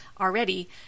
already